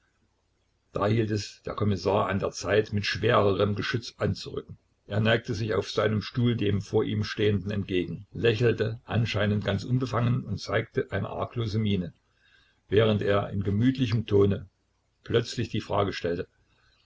da hielt es der kommissar an der zeit mit schwererem geschütz anzurücken er neigte sich auf seinem stuhl dem vor ihm stehenden entgegen lächelte anscheinend ganz unbefangen und zeigte eine arglose miene während er in gemütlichem tone plötzlich die frage stellte